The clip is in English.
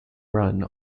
run